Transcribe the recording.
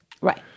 right